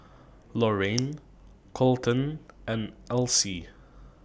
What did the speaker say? Lorayne Kolten and Elsie